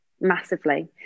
massively